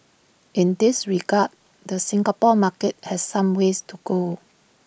in this regard the Singapore market has some ways to go